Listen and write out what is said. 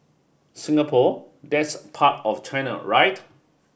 Singapore that's part of China right